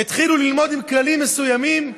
התחילו ללמוד עם כללים מסוימים,